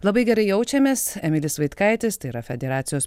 labai gerai jaučiamės emilis vaitkaitis tai yra federacijos